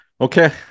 Okay